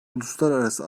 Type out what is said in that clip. uluslararası